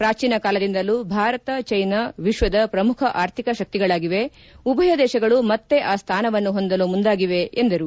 ಪ್ರಾಚೀನ ಕಾಲದಿಂದಲೂ ಭಾರತ ಜೈನಾ ವಿಶ್ವದ ಪ್ರಮುಖ ಆರ್ಥಿಕ ಶಕ್ತಿಗಳಾಗಿವೆ ಉಭಯ ದೇಶಗಳು ಮತ್ತೆ ಆ ಸ್ಥಾನವನ್ನು ಹೊಂದಲು ಮುಂದಾಗಿವೆ ಎಂದರು